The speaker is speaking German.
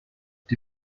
die